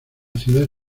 ciudad